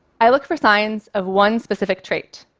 i look for signs of one specific trait.